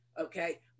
Okay